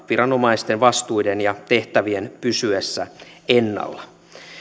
viranomaisten vastuiden ja tehtävien pysyessä ennallaan